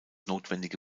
notwendige